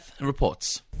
reports